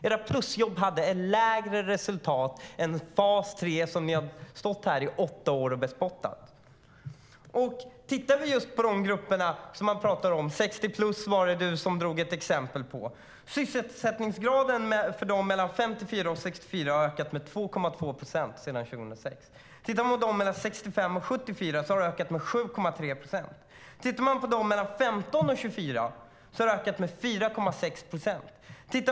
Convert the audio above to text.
Era plusjobb hade lägre resultat än fas 3, som ni har stått här i åtta år och bespottat. Vi tittar på de grupper som ni talar om - 60-plussare var ett exempel. Sysselsättningsgraden för dem mellan 54 och 64 har ökat med 2,2 procent sedan 2006. För dem mellan 65 och 74 har den ökat med 7,3 procent. För dem mellan 15 och 24 har den ökat med 4,6 procent.